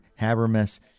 Habermas